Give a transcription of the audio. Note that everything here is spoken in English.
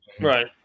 right